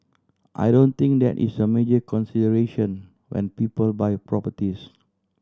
I don't think that is a major consideration when people buy properties